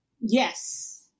Yes